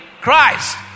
Christ